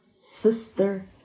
sister